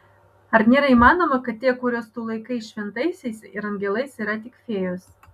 ar nėra įmanoma kad tie kuriuos tu laikai šventaisiais ir angelais yra tik fėjos